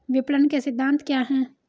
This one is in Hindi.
विपणन के सिद्धांत क्या हैं?